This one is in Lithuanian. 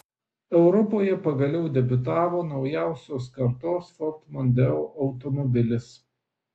europoje pagaliau debiutavo naujausios kartos ford mondeo automobilis